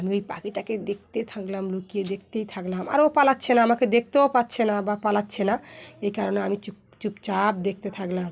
আমি ওই পাখিটাকে দেখতেই থাকলাম লুকিয়ে দেখতেই থাকলাম আরও পালাচ্ছে না আমাকে দেখতেও পাচ্ছে না বা পালাচ্ছে না এই কারণে আমি চুপচুপচাপ দেখতে থাকলাম